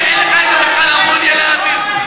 אורן, אותך לא רציתי להדליק.